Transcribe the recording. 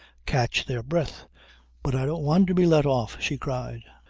catch their breath but i don't want to be let off, she cried.